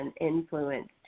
influenced